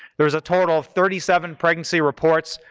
there was a total of thirty seven pregnancy reports,